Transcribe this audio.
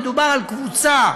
מדובר על שתי קבוצות